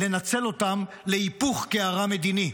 לנצל אותם להיפוך קערה מדיני.